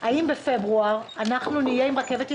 האם בפברואר אנחנו נהיה עם רכבת ישירה?